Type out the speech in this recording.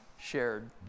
shared